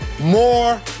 more